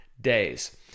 days